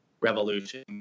revolution